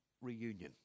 reunion